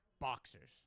boxers